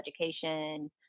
education